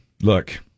Look